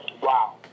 Wow